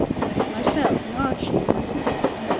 look at myself, and archie, and my sisters.